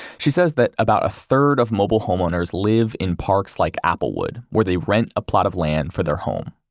she says that about a third of mobile homeowners live in parks like applewood, where they rent a plot of land for their home.